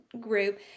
group